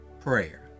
prayer